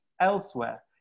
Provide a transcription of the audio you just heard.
elsewhere